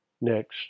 Next